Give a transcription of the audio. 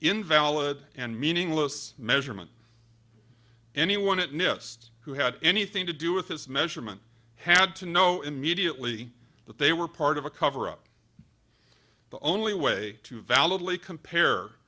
invalid and meaningless measurement anyone at nist who had anything to do with his measurement had to know immediately that they were part of a cover up the only way to validly compare